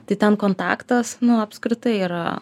tai ten kontaktas nu apskritai yra